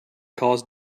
cause